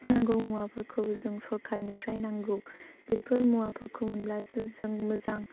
नांगौ मुवाफोरखौबो जों सरखारनिफ्राय नांगौ बेफोर मुवाफोरखौ मोनब्लासो जों मोजां